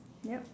yup